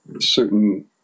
certain